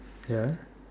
ya